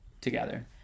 together